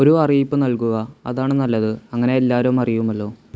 ഒരു അറിയിപ്പ് നൽകുക അതാണ് നല്ലത് അങ്ങനെ എല്ലാവരും അറിയുമല്ലോ